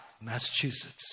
Massachusetts